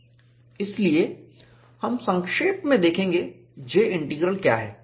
इसलिए हम संक्षेप में देखेंगे J इंटीग्रल क्या है